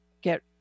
get